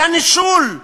על הנישול,